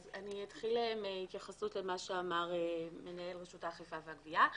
אני אתחיל מהתייחסות למה שאמר מנהל רשות האכיפה והגבייה.